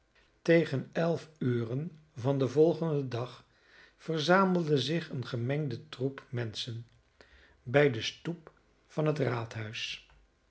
tegen elf uren van den volgenden dag verzamelde zich een gemengde troep menschen bij de stoep van het